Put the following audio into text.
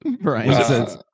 Right